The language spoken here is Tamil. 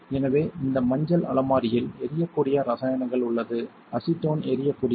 எனவே இந்த மஞ்சள் அலமாரியில் எரியக்கூடிய இரசாயனங்கள் உள்ளது அசிட்டோன் எரியக்கூடியது